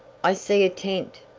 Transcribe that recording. i see a tent!